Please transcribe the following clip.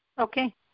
Okay